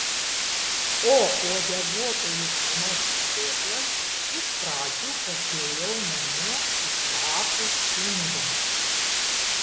o uodeguotųjų burnočių sėklas iš pradžių pasėjau namie į platų indą